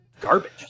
garbage